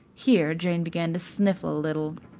here jane began to sniffle a little.